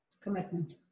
Commitment